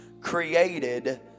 created